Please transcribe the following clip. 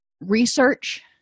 research